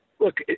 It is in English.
Look